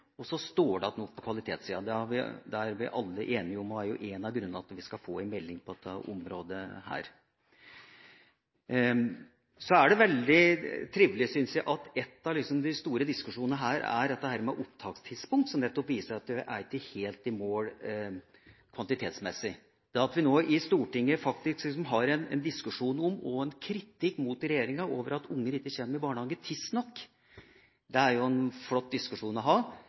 og så står det igjen noe på kvalitetssida. Det er vi alle enige om, og det er en av grunnene til at vi skal få en melding på dette området. Så er det veldig trivelig at en av de store diskusjonene her er opptakstidspunkt, som viser at vi ikke er helt i mål kvantitetsmessig. Det at vi nå i Stortinget har en diskusjon om og en kritikk mot regjeringa for at unger ikke kommer i barnehage tidsnok, er flott. Det hadde vi ikke for 10–15–20 år siden, da var barnehagen mer sett på som en fare og et onde. Nå er